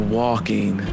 walking